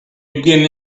begin